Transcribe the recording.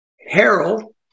Harold